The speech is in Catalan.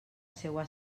seua